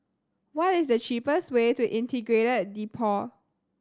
what is the cheapest way to Integrated Depot